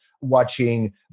watching